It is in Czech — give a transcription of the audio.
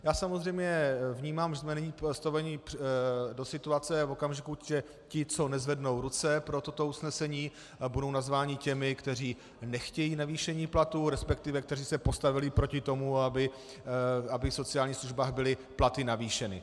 Já samozřejmě vnímám, že jsme nyní postaveni do situace v okamžiku, že ti, co nezvednou ruce pro toto usnesení, budou nazváni těmi, kteří nechtějí navýšení platů, resp. kteří se postavili proti tomu, aby v sociálních službách byly platy navýšeny.